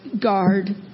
guard